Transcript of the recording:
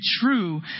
true